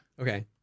Okay